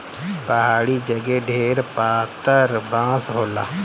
पहाड़ी जगे ढेर पातर बाँस होला